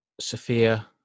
Sophia